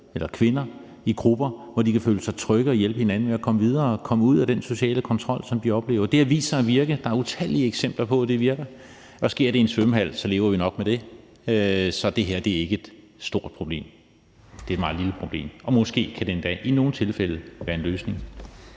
eller kvinder i grupper, hvor de kan føle sig trygge og hjælpe hinanden med at komme videre og komme ud af den sociale kontrol, som de oplever. Det har vist sig at virke. Der er utallige eksempler på, at det virker, og sker det i en svømmehal, så lever vi nok med det. Så det her er ikke et stort problem, det er et meget lille problem. Måske kan det endda i nogle tilfælde være en løsning.